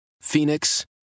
Phoenix